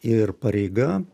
ir pareiga